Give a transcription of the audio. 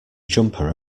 jumper